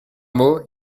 mot